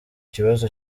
ikibazo